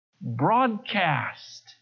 broadcast